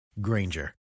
Granger